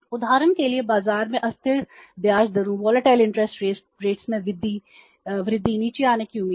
उदाहरण के लिए बाजार में अस्थिर ब्याज दरों में वृद्धि नीचे आने की उम्मीद है